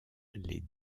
les